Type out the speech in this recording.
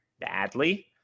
badly